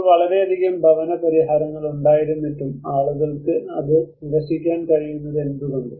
ഇപ്പോൾ വളരെയധികം ഭവന പരിഹാരങ്ങൾ ഉണ്ടായിരുന്നിട്ടും ആളുകൾക്ക് അത് നിരസിക്കാൻ കഴിയുന്നത് എന്തുകൊണ്ട്